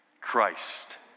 Christ